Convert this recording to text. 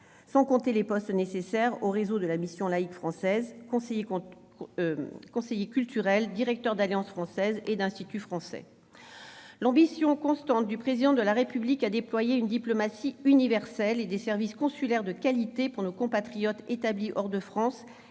Sans compter les postes nécessaires au réseau de la Mission laïque française, conseillers culturels, directeurs d'alliances françaises et d'instituts français. L'ambition constante du Président de la République à déployer une diplomatie universelle et des services consulaires de qualité pour nos compatriotes établis hors de France